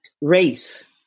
race